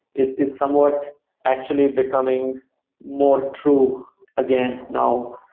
it is somewhat actually becoming more true again now.